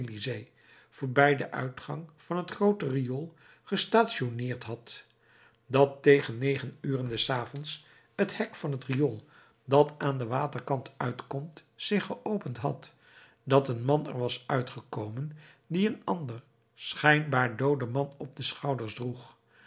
voorbij den uitgang van het groote riool gestationneerd had dat tegen negen uren des avonds het hek van het riool dat aan den waterkant uitkomt zich geopend had dat een man er was uitgekomen die een ander schijnbaar dooden man op de schouders droeg